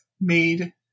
made